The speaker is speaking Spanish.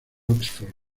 oxford